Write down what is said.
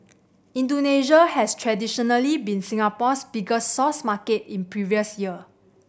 Indonesia has traditionally been Singapore's biggest source market in previous year